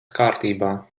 kārtībā